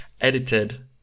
edited